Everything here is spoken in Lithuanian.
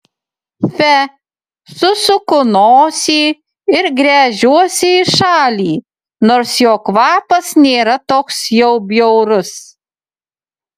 fe susuku nosį ir gręžiuosi į šalį nors jo kvapas nėra toks jau bjaurus